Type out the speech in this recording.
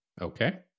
Okay